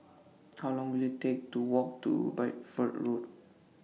How Long Will IT Take to Walk to Bideford Road